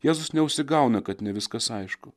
jėzus neužsigauna kad ne viskas aišku